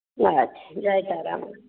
अच्छा जय तारा माँ